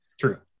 True